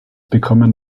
bekommen